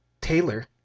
Taylor